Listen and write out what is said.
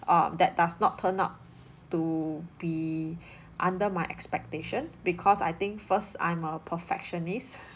um that does not turn out to be under my expectation because I think first I'm a perfectionist